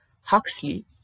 Huxley